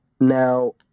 now